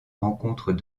rencontres